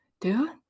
dude